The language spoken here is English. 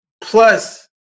Plus